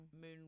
moon